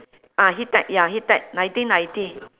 ah heat tech ya heat tech nineteen ninety